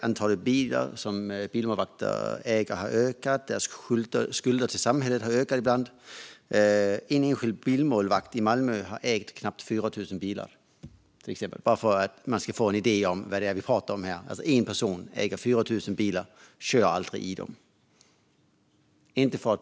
Antalet bilar som ägs av bilmålvakter har ökat, och deras skulder till samhället har ökat. Bara för att man ska få en idé om vad det är vi pratar om har en enskild bilmålvakt i Malmö ägt nästan 4 000 bilar. En person äger alltså 4 000 bilar men kör dem aldrig.